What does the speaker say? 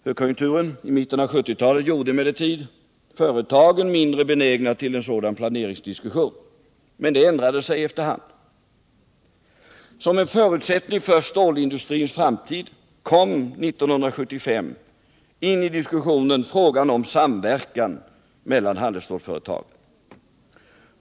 Högkonjunkturen i mitten av 1970-talet gjorde emellertid företagen mindre benägna till en sådan planeringsdiskussion, men det ändrade sig efter hand. Som en förutsättning för stålindustrins framtid kom 1975 in i diskussionen frågan om samverkan mellan handelsstålsföretagen.